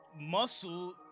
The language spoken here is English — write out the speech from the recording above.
muscle